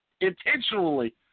intentionally